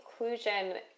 inclusion